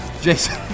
Jason